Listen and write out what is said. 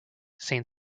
saint